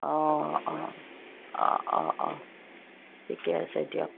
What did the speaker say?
অঁ অঁ অঁ অঁ অঁ ঠিকেই আছে দিয়ক